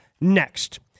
next